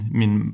min